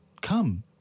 come